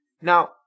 Now